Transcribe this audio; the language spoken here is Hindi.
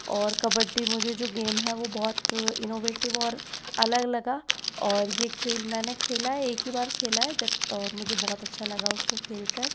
और कबड्डी मुझे जो गेम है वो बहुत इन्नोवेटिव और अलग लगा और ये खेल मैंने खेला है एक ही बार खेला है जब और ये खेल मुझे बहुत अच्छा लगा उसको खेल कर